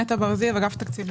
נטע בר זיו, אגף תקציבים.